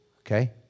Okay